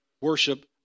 worship